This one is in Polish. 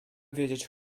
wiedzieć